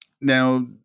now